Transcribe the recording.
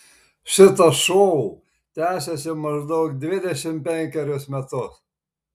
šitas šou tęsiasi maždaug dvidešimt penkerius metus